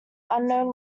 unknown